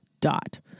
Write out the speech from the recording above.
dot